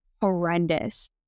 horrendous